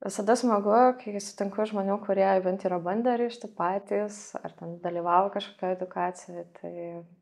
visada smagu kai sutinku žmonių kurie bent yra bandę rišti patys ar ten dalyvavo kažkokioj edukacijoj tai